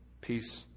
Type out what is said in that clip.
peace